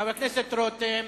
חבר הכנסת רותם,